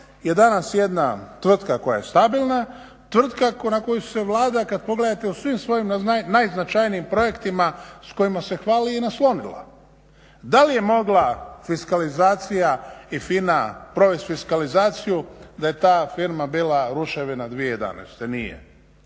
je danas jedna tvrtka koja je stabilna, tvrtka na koju se Vlada kada pogledate u svim svojim najznačajnijim projektima s kojima se hvali i … Da li je mogla fiskalizacija i FINA provesti fiskalizaciju da je ta firma bila ruševina 2011.? Nije.